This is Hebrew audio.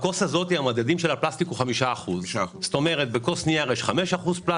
בכוס זו אחוז הפלסטיק עומד על 5%. בכוס נייר יש 5% פלסטיק,